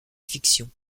fiction